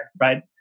right